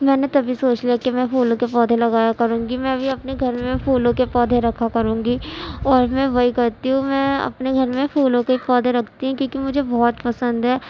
میں نے تبھی سوچ لیا کہ میں پھولوں کے پودے لگایا کروں گی میں بھی اپنے گھر میں پھولوں کے پودے رکھا کروں گی اور میں وہی کرتی ہوں میں اپنے گھر میں پھولوں کے پودے رکھتی ہوں کیونکہ مجھے بہت پسند ہے